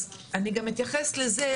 אני גם אתייחס לזה,